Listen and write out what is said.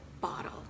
bottle